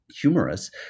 humorous